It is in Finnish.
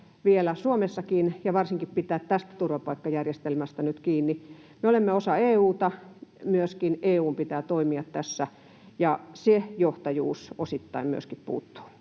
vielä Suomessakin, ja varsinkin täytyy pitää tästä turvapaikkajärjestelmästä nyt kiinni. Me olemme osa EU:ta. Myöskin EU:n pitää toimia tässä, ja se johtajuus osittain myöskin puuttuu.